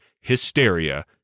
hysteria